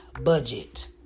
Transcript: Budget